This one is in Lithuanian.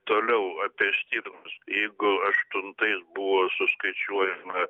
toliau apie stirnas jeigu aštuntais buvo suskaičiuojama